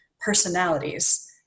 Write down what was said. personalities